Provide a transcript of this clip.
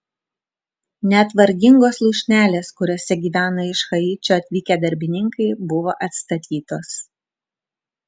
net vargingos lūšnelės kuriose gyveno iš haičio atvykę darbininkai buvo atstatytos